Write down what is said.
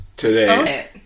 today